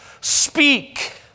speak